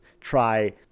Try